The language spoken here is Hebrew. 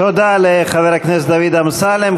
תודה לחבר הכנסת דוד אמסלם.